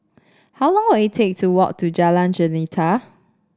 how long will it take to walk to Jalan Jelita